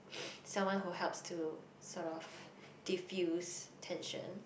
someone who helps to sort of defuse tension